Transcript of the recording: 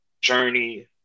journey